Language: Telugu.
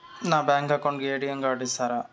నా బ్యాంకు అకౌంట్ కు ఎ.టి.ఎం కార్డు ఇస్తారా